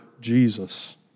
Jesus